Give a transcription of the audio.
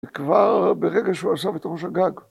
כבר ברגע שהוא עזב את ראש הגג.